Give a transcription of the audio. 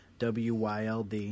WYLD